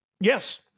Yes